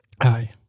aye